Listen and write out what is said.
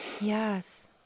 yes